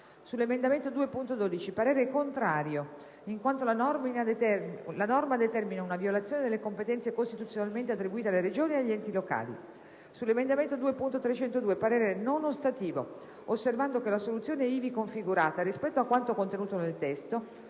sull'emendamento 2.12, parere contrario, in quanto la norma determina una violazione delle competenze costituzionalmente attribuite alle Regioni e agli enti locali; - sull'emendamento 2.302, parere non ostativo, osservando che la soluzione ivi configurata, rispetto a quanto contenuto nel testo,